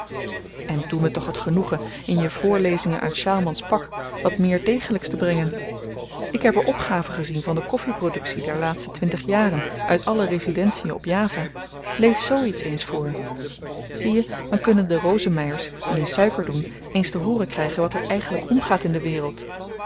en doe me toch t genoegen in je voorlezingen uit sjaalman's pak wat meer degelyks te brengen ik heb er opgaven gezien van de koffi produktie der laatste twintig jaren uit alle residentien op java lees z iets eens voor zieje dan kunnen de rosemeyers die in suiker doen eens te hooren krygen wat er eigenlyk omgaat in de wereld